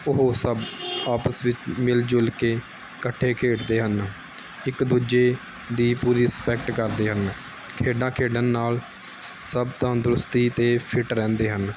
ਉਹ ਸਭ ਆਪਸ ਵਿੱਚ ਮਿਲ ਜੁਲ ਕੇ ਇਕੱਠੇ ਖੇਡਦੇ ਹਨ ਇੱਕ ਦੂਜੇ ਦੀ ਪੂਰੀ ਰਿਸਪੈਕਟ ਕਰਦੇ ਹਨ ਖੇਡਾਂ ਖੇਡਣ ਨਾਲ ਸਭ ਤੰਦਰੁਸਤੀ ਅਤੇ ਫਿਟ ਰਹਿੰਦੇ ਹਨ